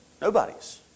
Nobody's